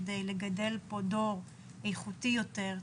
כדי לגדל פה דור איכותי יותר,